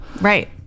Right